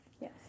Yes